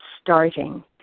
starting